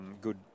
good